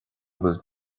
bhfuil